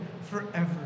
forever